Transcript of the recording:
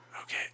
okay